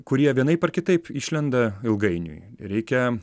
kurie vienaip ar kitaip išlenda ilgainiui reikia